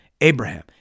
Abraham